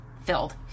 filled